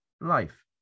life